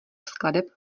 skladeb